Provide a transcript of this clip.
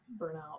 burnout